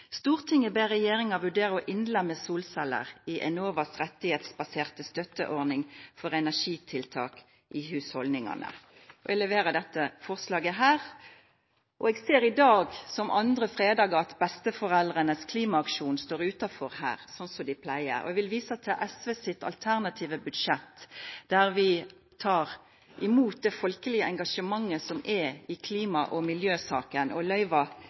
ber regjeringen vurdere å innlemme solceller i Enovas rettighetsbaserte støtteordning for energitiltak i husholdningene.» Eg leverer dette forslaget her. Eg ser i dag, som andre fredagar, at besteforeldras klimaaksjon står utanfor her som dei pleier. Eg vil visa til SVs alternative budsjett, der vi tek imot det folkelege engasjementet som er i klima- og miljøsaka, og